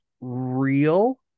real